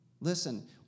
Listen